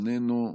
איננו,